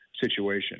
situation